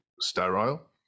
sterile